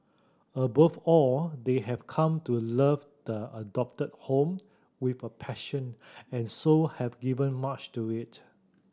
above all they have come to love the adopted home with a passion and so have given much to it